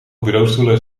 bureaustoelen